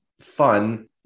fun